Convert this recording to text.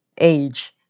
age